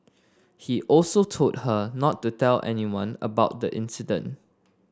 he also told her not to tell anyone about the incident